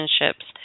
relationships